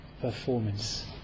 performance